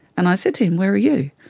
and i said to him, where are you?